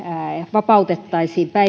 vapautettaisiin